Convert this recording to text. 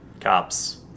cops